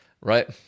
right